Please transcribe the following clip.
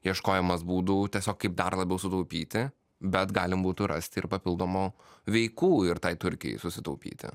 ieškojimas būdų tiesiog kaip dar labiau sutaupyti bet galim būtų rasti ir papildomų veikų ir tai turkijai susitaupyti